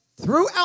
Throughout